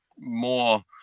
more